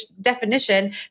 definition